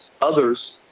others